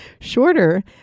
shorter